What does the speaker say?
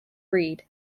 breed